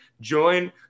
join